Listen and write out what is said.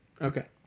Okay